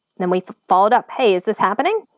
then we followed up, hey, is this happening?